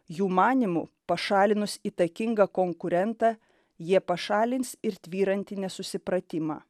jų manymu pašalinus įtakingą konkurentą jie pašalins ir tvyrantį nesusipratimą